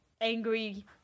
angry